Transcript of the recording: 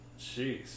jeez